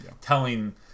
telling